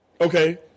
Okay